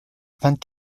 vingt